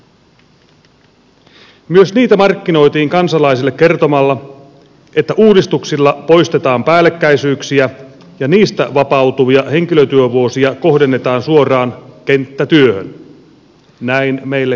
myös niitä markkinoitiin kansalaisille kertomalla että uudistuksilla poistetaan päällekkäisyyksiä ja niistä vapautuvia henkilötyövuosia kohdennetaan suoraan kenttätyöhön näin meille kerrottiin